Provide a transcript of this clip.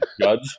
judge